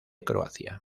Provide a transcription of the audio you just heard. croacia